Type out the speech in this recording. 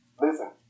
listen